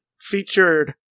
featured